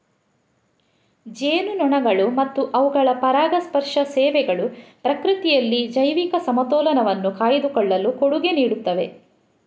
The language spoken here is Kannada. ಜೇನುನೊಣಗಳು ಮತ್ತು ಅವುಗಳ ಪರಾಗಸ್ಪರ್ಶ ಸೇವೆಗಳು ಪ್ರಕೃತಿಯಲ್ಲಿ ಜೈವಿಕ ಸಮತೋಲನವನ್ನು ಕಾಯ್ದುಕೊಳ್ಳಲು ಕೊಡುಗೆ ನೀಡುತ್ತವೆ